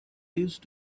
used